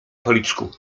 policzku